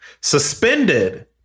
suspended